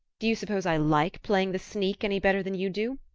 do you suppose i like playing the sneak any better than you do?